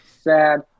sad